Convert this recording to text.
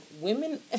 Women